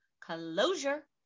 closure